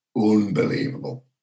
unbelievable